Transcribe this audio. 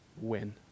win